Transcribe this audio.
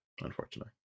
unfortunately